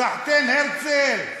סחתיין, הרצל.